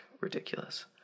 ridiculous